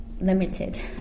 limited